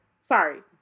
Sorry